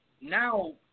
now